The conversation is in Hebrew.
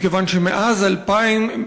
מכיוון שמאז אלפיים,